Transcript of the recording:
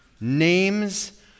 Names